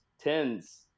tens